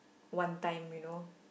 one time you know